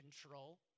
control